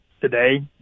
today